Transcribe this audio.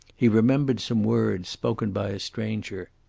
he remembered some words spoken by a stranger.